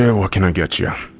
and what can i get yah?